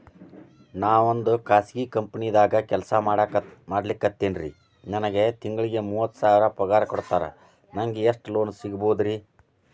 ನಾವೊಂದು ಖಾಸಗಿ ಕಂಪನಿದಾಗ ಕೆಲ್ಸ ಮಾಡ್ಲಿಕತ್ತಿನ್ರಿ, ನನಗೆ ತಿಂಗಳ ಮೂವತ್ತು ಸಾವಿರ ಪಗಾರ್ ಕೊಡ್ತಾರ, ನಂಗ್ ಎಷ್ಟು ಲೋನ್ ಸಿಗಬೋದ ರಿ?